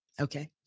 Okay